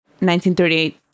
1938